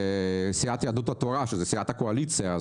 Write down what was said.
סיעת יהדות התורה שהיא סיעת הקואליציה.